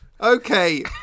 Okay